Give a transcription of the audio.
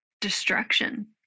destruction